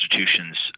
institutions